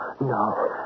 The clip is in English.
no